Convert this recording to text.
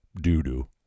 doo-doo